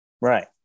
right